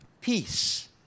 peace